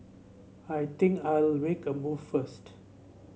I think I'll make a move first